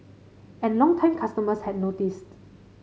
and longtime customers had noticed